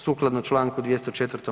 Sukladno čl. 204.